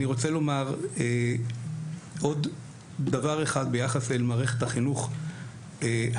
אני רוצה לומר עוד דבר אחד ביחס למערכת החינוך האזורית,